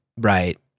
Right